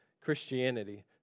Christianity